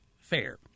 fair